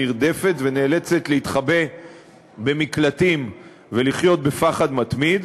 נרדפת ונאלצת להתחבא במקלטים ולחיות בפחד מתמיד,